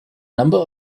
number